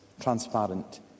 transparent